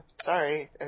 sorry